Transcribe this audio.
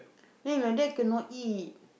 then like that cannot eat